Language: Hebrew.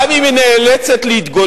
גם אם היא נאלצת להתגונן,